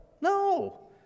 No